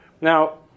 Now